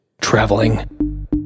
traveling